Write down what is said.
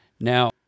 now